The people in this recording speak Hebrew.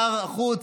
שר החוץ,